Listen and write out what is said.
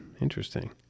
Interesting